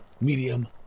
medium